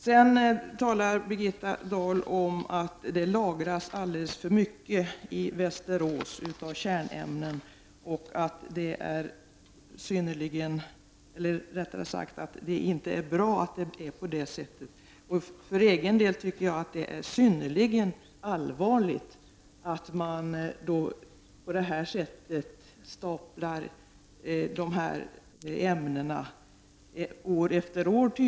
Sedan talar Birgitta Dahl om att alldeles för mycket kärnämnen lagras i Västerås och att det inte är bra. För egen del tycker jag att det är synnerligen allvarligt att sådana här ämnen staplas — tydligen år efter år.